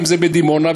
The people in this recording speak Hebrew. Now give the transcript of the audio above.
אם בדימונה,